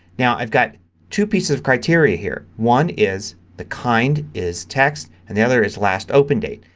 now i've got two pieces of criteria here. one is the kind is text. and the other is last opened date.